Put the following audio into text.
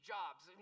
Jobs